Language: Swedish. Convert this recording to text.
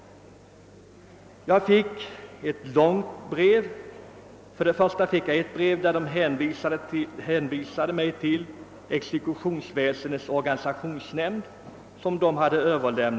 Jag fick svar på skrivelsen där det framgick att skrivelsen överlämnats till exekutionsväsendets organisationsnämnd för behandling.